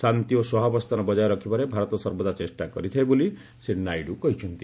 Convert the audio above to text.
ଶାନ୍ତି ଓ ସହାବସ୍ଥାନ ବଜାୟ ରଖିବାରେ ଭାରତ ସର୍ବଦା ଚେଷ୍ଟା କରିଥାଏ ବୋଲି ଶ୍ରୀ ନାଇଡ୍ କହିଚ୍ଚନ୍ତି